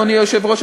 אדוני היושב-ראש,